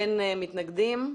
מתנגדים,